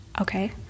Okay